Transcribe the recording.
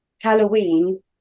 Halloween